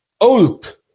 old